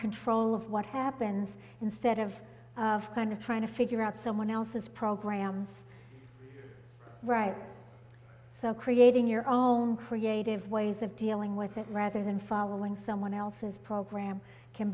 control of what happens instead of of kind of trying to figure out someone else's program right so creating your own creative ways of dealing with it rather than following someone else's program can